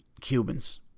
Cubans